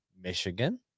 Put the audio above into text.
michigan